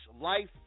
life